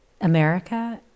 America